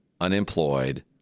unemployed